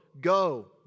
go